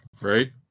Right